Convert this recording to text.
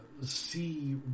see